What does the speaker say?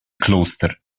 kloster